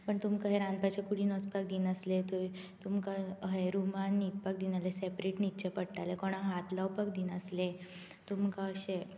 पूण तुमकां अहें रांदपाच्या कुडीन वचपाक दिनासले थंय तुमकां अहें रुमान न्हिदपाक दिनाल्ले सॅपरेट न्हिदचें पडटालें कोणाक हात लावपाक दिनासले तुमकां अशें